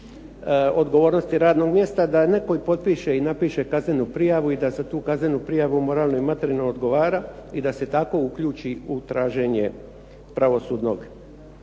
odgovornosti radnog mjesta da netko potpiše i napiše kaznenu prijavu i da za tu kaznenu prijavu moralno i materijalno odgovara i da se tako uključi u traženje pravosudnog